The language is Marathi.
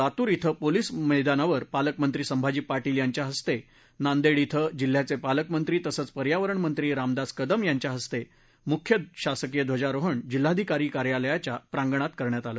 लातूर खल्या पोलिस मैदानावर पालकमंत्री संभाजी पाटील यांच्या हस्ते तर नांदेड श्वीं जिल्ह्याचे पालकमंत्री तसंच पर्यावरण मंत्री रामदास कदम यांच्याहस्ते मुख्य शासकीय ध्वजारोहण जिल्हाधिकारी कार्यालयाच्या प्रांगणात करण्यात आलं